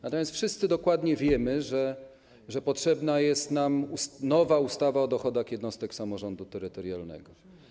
Natomiast wszyscy dokładnie wiemy, że potrzebna jest nam nowa ustawa o dochodach jednostek samorządu terytorialnego.